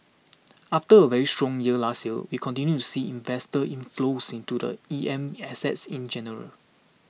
after a very strong year last year we continue to see investor inflows into the E M assets in general